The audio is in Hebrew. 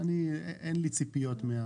אין לי ציפיות.